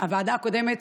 הוועדה הקודמת,